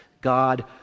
God